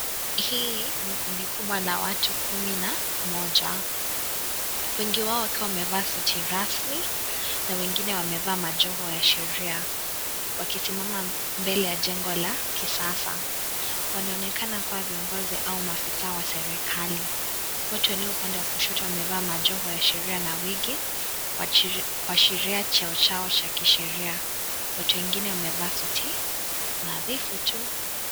Hii ni kundi kubwa la watu kumi na moja. Wengi wao wakiwa wamevaa suti rasmi na wengine wakiwa wamevaa majoho ya sheria. Walisimama mbele ya jengo la kisasa. Wanaonekana kuwa viongozi au maafisa wa serikali. Watu walio upande wa kushoto wamevalia majoho ya sheria na wigi , kuashiria cheo chako cha kisheria. Watu wengine wamevaa suti nadhifu tu.